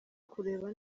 kureba